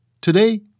Today